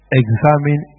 examine